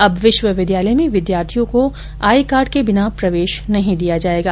अब विश्वविद्यालय में विद्यार्थियों को आई कार्ड के बिना प्रवेश नहीं दिया जायेगा